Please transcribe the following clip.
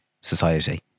society